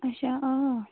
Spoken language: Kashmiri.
اَچھا آ